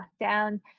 lockdown